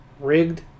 rigged